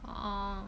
orh